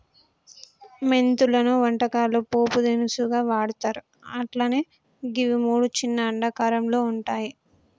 మెంతులను వంటకాల్లో పోపు దినుసుగా వాడ్తర్ అట్లనే గివి మూడు చిన్న అండాకారంలో వుంటయి